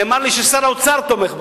נאמר לי ששר האוצר תומך בחוק.